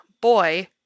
Boy